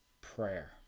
prayer